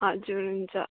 हजुर हुन्छ